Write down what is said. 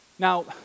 Now